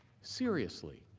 seriously.